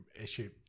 issue